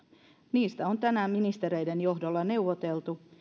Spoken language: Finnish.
niistä on tänään ministereiden johdolla neuvoteltu